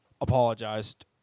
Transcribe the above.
apologized